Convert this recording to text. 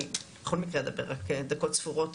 אני בכל מקרה אדבר רק דקות ספורות,